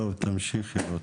טוב, תמשיכי רות.